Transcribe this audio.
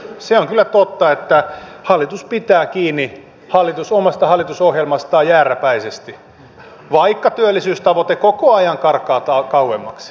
se on kyllä totta että hallitus pitää kiinni omasta hallitusohjelmastaan jääräpäisesti vaikka työllisyystavoite koko ajan karkaa kauemmaksi